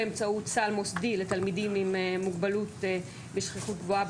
באמצעות סל מוסדי לתלמידים עם מוגבלות בשכיחות גבוהה,